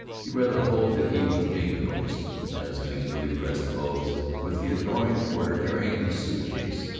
he rather hoped that he was being noticed as, in his newly pressed clothes, with the adoring porter carrying his suit-case,